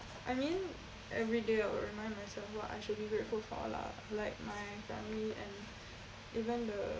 I mean every day I will remind myself what I should be grateful for lah like my family and even the